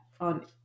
on